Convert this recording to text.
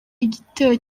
igitero